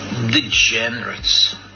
degenerates